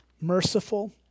merciful